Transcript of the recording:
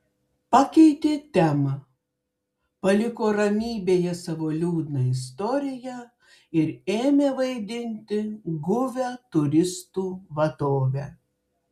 pakeitė temą paliko ramybėje savo liūdną istoriją ir ėmė vaidinti guvią turistų vadovę